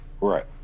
Right